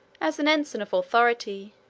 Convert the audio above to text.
as an ensign of authority,